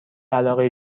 علاقه